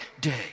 day